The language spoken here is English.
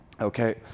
Okay